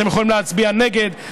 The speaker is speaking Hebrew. אתם יכולים להצביע נגד,